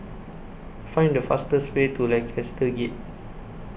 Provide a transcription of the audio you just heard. Find The fastest Way to Lancaster Gate